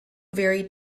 very